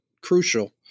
crucial